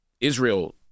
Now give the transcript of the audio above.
Israel